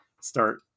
start